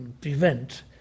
prevent